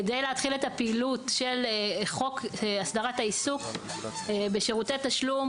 כדי להתחיל את הפעילות של חוק הסדרת העיסוק בשירותי תשלום,